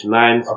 nine